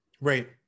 Right